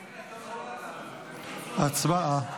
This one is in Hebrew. הצבעה.